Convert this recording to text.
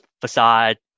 facade